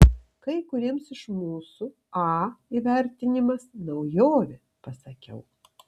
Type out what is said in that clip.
kai kuriems iš mūsų a įvertinimas naujovė pasakiau